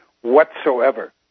whatsoever